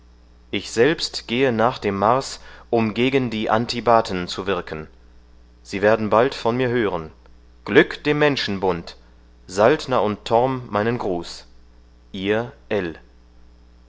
ich selbst gehe nach dem mars um gegen die antibaten zu wirken sie werden bald von mir hören glück dem menschenbund saltner und torm meinen gruß ihr